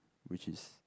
which is